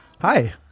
hi